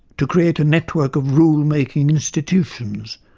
to create a network of rule-making institutions,